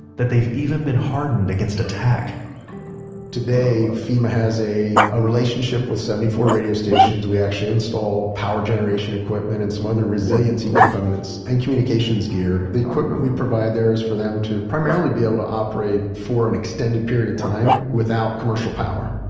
that they've even been hardened against attack today fema has a ah relationship with seventy four radio stations. we actually install power generation equipment and some other resiliency components and communications gear the equipment we provide there is for them to primarily be able to operate for an extended period of time without commercial power